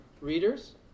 readers